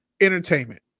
entertainment